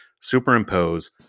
Superimpose